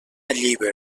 llíber